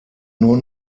nur